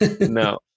No